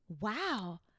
wow